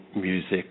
music